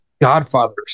Godfathers